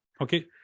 Okay